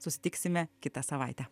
susitiksime kitą savaitę